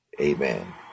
Amen